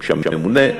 יש ממונה.